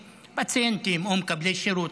פציינטים או מקבלי שירות,